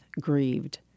grieved